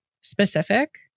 specific